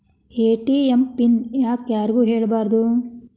ATM PIN ಯಾಕ್ ಯಾರಿಗೂ ಹೇಳಬಾರದು?